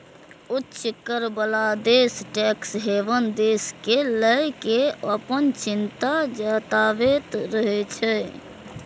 उच्च कर बला देश टैक्स हेवन देश कें लए कें अपन चिंता जताबैत रहै छै